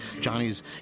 Johnny's